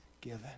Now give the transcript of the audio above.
given